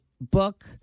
book